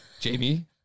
Jamie